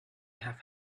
have